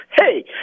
Hey